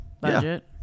budget